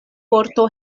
forto